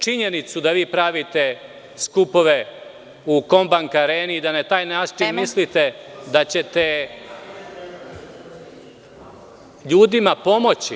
Činjenica da pravite skupove u „Kombank areni“ i da na taj način mislite da ćete ljudima pomoći…